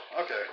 Okay